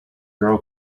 girl